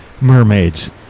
mermaids